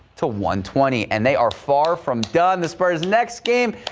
to one twenty and they are far from done the spurs next game.